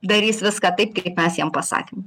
darys viską taip kaip mes jiem pasakėm